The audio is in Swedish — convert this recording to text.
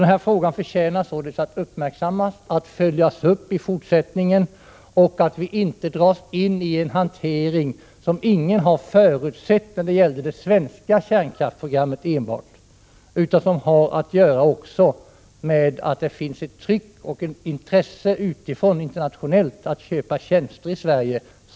Den frågan förtjänar således att uppmärksammas och följas upp för att vi inte skall dras in i en hantering som ingen har förutsett när det gäller det svenska kärnkraftsprogrammet utan som har att göra med att det finns ett internationellt tryck och ett intresse utifrån att köpa tjänster i Sverige.